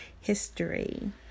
history